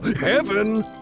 Heaven